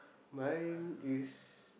mine is